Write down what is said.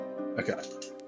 okay